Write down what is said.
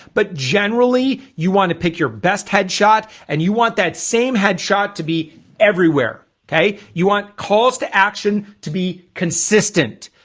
but generally you want to pick your best head shot and you want that same head shot to be everywhere okay, you want calls to action to be? consistent.